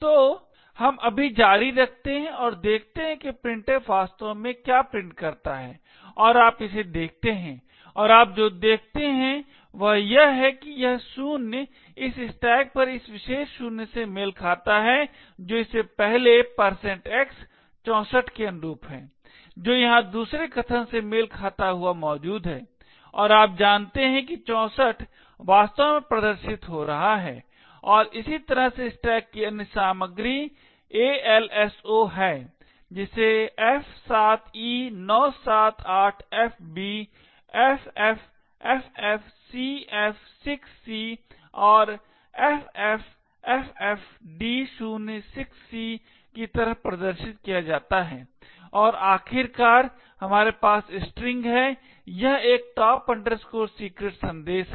तो हम अभी जारी रखते हैं और देखते हैं कि printf वास्तव में क्या प्रिंट करता है और आप इसे देखते हैं और आप जो देखते हैं वह यह है कि यह 0 इस स्टैक पर इस विशेष 0 से मेल खाता है जो इस पहले x 64 के अनुरूप है जो यहां दूसरे कथन से मेल खाता हुआ मौजूद है और आप जानते हैं कि 64 वास्तव में प्रदर्शित हो रहा है और इसी तरह से स्टैक की अन्य सामग्री alSo है जिसे f7e978fb ffffcf6c और ffffd06c की तरह प्रदर्शित किया जाता है और आखिरकार हमारे पास स्ट्रिंग है यह एक top secret संदेश है